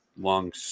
long